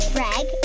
Greg